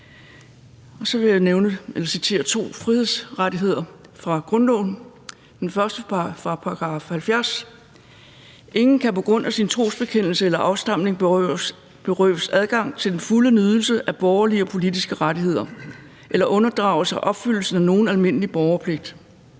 jeg citere to frihedsrettigheder fra grundloven. Den første er fra § 70: »Ingen kan på grund af sin trosbekendelse eller afstamning berøves adgang til den fulde nydelse af borgerlige og politiske rettigheder eller unddrage sig opfyldelsen af nogen almindelig borgerpligt.«